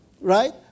Right